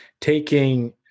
taking